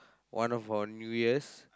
one of our New Years